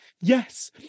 yes